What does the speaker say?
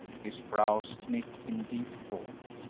his brows knit in deep thought,